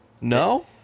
No